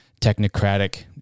technocratic